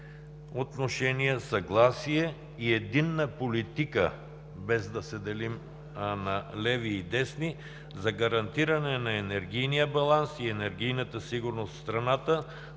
отношения, съгласие и единна политика, без да се делим на леви и десни, за гарантиране на енергийния баланс и енергийната сигурност в страната,